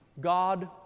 God